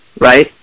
right